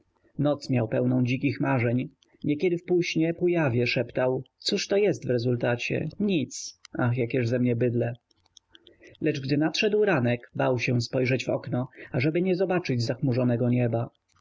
noc miał pełną dzikich marzeń niekiedy w półśnie półjawie szeptał cóż to jest w rezultacie nic ach jakież ze mnie bydlę lecz gdy nadszedł ranek bał się spojrzeć w okno ażeby nie zobaczyć zachmurzonego nieba